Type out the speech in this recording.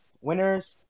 winners